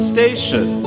Station